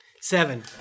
Seven